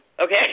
okay